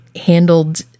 handled